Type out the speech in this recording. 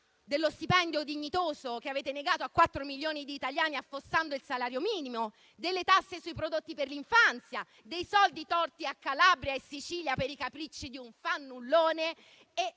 dello stipendio dignitoso che avete negato a quattro milioni di italiani, affossando il salario minimo; delle tasse sui prodotti per l'infanzia; dei soldi torti a Calabria e Sicilia per i capricci di un fannullone?